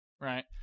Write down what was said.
Right